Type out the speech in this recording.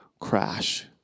crash